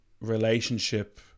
relationship